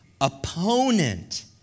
opponent